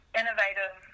innovative